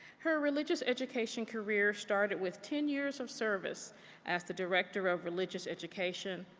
her religious education career started with ten years of service as the director of religious education,